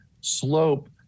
slope